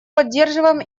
поддерживаем